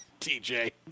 TJ